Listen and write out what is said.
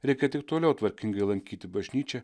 reikia tik toliau tvarkingai lankyti bažnyčią